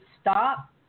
stop